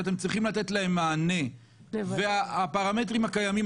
שאתם צריכים לתת להם מענה והפרמטרים הקיימים